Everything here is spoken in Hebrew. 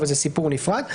אבל זה סיפור נפרד.